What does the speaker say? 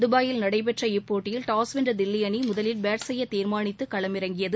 துபாயில் நடைபெற்ற இப்போட்டியில் டாஸ் வென்ற தில்லி அணி முதலில் பேட் செய்ய தீர்மானித்து களமிறங்கியது